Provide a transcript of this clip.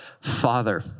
Father